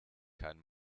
kann